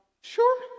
sure